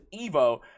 evo